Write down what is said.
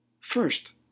First